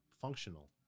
functional